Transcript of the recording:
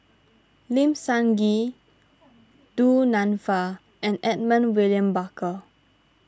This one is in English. Lim Sun Gee Du Nanfa and Edmund William Barker